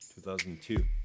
2002